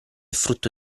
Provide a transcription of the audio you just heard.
frutto